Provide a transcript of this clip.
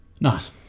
Nice